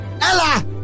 Ella